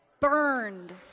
burned